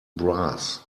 brass